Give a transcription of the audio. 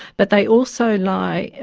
but they also lie,